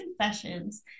confessions